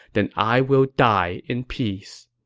then i will die in peace.